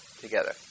together